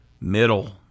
Middle